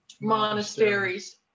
monasteries